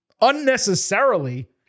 unnecessarily